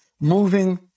moving